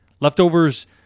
leftovers